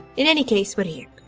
in any case we're here.